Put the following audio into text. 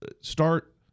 start